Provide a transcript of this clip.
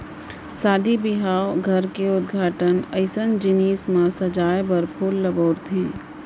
सादी बिहाव, घर के उद्घाटन अइसन जिनिस म सजाए बर फूल ल बउरथे